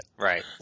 Right